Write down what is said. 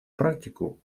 практику